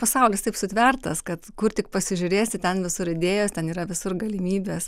pasaulis taip sutvertas kad kur tik pasižiūrėsi ten visur idėjos ten yra visur galimybės